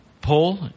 Paul